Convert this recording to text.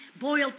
boiled